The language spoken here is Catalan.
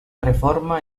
reforma